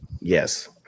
Yes